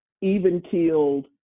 even-keeled